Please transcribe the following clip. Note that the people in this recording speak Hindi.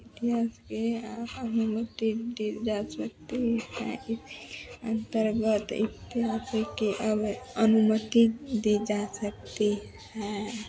इतिहास के अनुमति दी जा सकती है अंतर्गत ऐतिहासिक के अव अनुमति दी जा सकती है